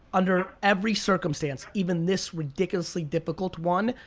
under every circumstance, even this ridiculously difficult one,